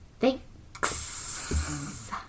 Thanks